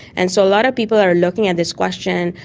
and so a lot of people are looking at this question,